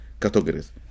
categories